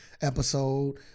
episode